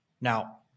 Now